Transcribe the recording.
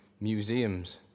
museums